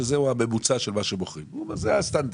שזה הממוצע של מה שמוכרים - הוא אומר שזה הסטנדרט